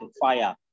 fire